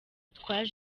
twaje